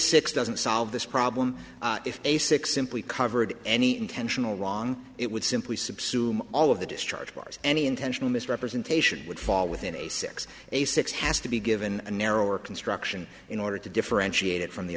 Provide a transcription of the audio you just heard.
six doesn't solve this problem if a six simply covered any intentional wrong it would simply subsume all of the discharge bars any intentional misrepresentation would fall within a six a six has to be given a narrower construction in order to differentiate it from the